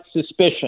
suspicion